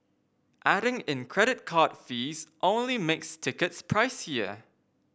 adding in credit card fees only makes tickets pricier